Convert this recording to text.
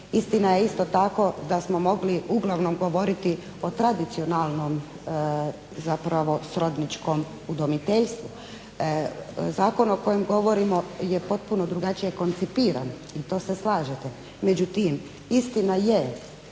Istina je isto tako da smo mogli uglavnom govoriti o tradicionalnom srodničkom udomiteljstvu. Zakon o kojem govorimo je potpuno drugačije koncipiran i to se slažem,